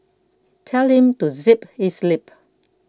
tell him to zip his lip